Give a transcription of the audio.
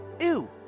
Ew